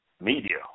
media